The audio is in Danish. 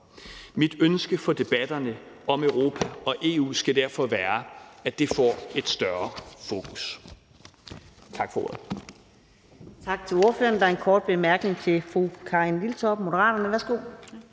Mit ønske for debatterne om Europa og EU skal derfor være, at de får et større fokus.